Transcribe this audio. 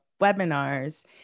webinars